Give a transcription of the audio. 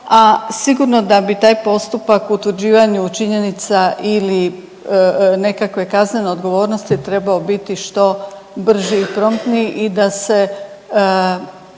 sigurno da bi taj postupak o utvrđivanju činjenica ili nekakve kaznene odgovornosti trebao biti što brži i promptniji i da se,